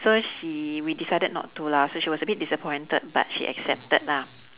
so she we decided not to lah so she was a bit disappointed but she accepted lah